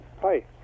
Hi